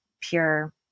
pure